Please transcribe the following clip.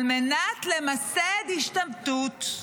על מנת למסד השתמטות.